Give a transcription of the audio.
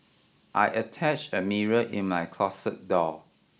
I attached a mirror in my closet door